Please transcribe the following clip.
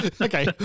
Okay